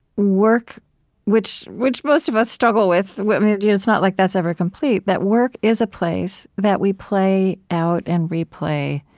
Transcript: work which which most of us struggle with with it's not like that's ever complete that work is a place that we play out and replay